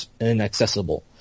inaccessible